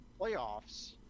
playoffs